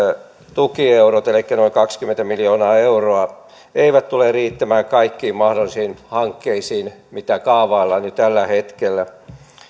tukieurot elikkä noin kaksikymmentä miljoonaa euroa eivät tule riittämään kaikkiin mahdollisiin hankkeisiin mitä kaavaillaan jo tällä hetkellä